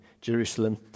Jerusalem